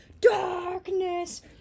darkness